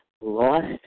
lost